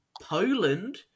Poland